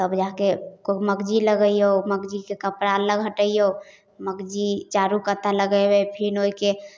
तब जाकऽ कोइ मगजी लगैऔ मगजीके कपड़ा अलग हटैऔ मगजी चारूकात लगेबै फेर ओहिके